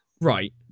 right